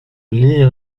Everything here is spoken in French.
lire